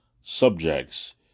subjects